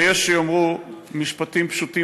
ויש שיאמרו משפטים פשוטים,